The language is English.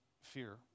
fear